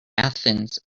athens